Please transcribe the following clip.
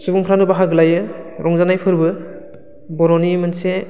सुबुंफ्रानो बाहागो लायो रंजानाय फोरबो बर'नि मोनसे